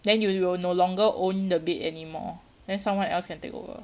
then you will no longer own the bed anymore then someone else can take over